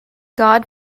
god